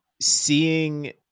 seeing